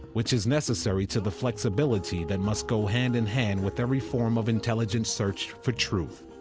which is necessary to the flexibility that must go hand in hand with every form of intelligent search for truth.